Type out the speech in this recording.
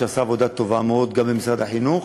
שעשה עבודה טובה מאוד גם במשרד החינוך.